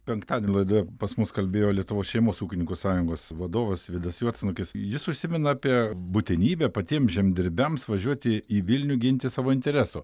penktadienį laidoje pas mus kalbėjo lietuvos šeimos ūkininkų sąjungos vadovas vidas juodsnukis jis užsimena apie būtinybę patiems žemdirbiams važiuoti į vilnių ginti savo intereso